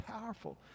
powerful